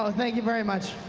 ah thank you very much.